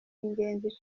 ingenzi